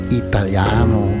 italiano